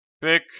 pick